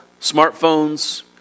smartphones